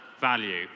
value